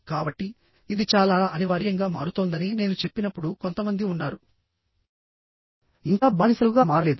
కాబట్టి ఇది చాలా అనివార్యంగా మారుతోందని నేను చెప్పినప్పుడు కొంతమంది ఉన్నారు ఇంకా బానిసలుగా మారలేదు